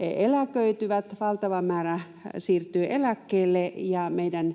eläköityvät, valtava määrä siirtyy eläkkeelle, ja meidän